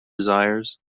desires